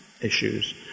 issues